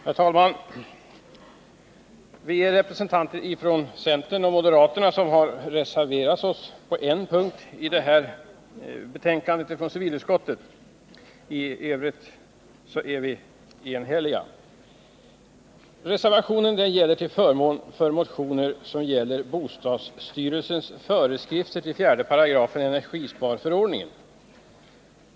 Herr talman! Representanter för centern och moderaterna har reserverat Onsdagen den sig på en punkt i detta betänkande från civilutskottet. I övrigt är vi 9 april 1980 eniga. när det gäller 4 § energisparförordningen.